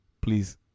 Please